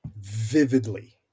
vividly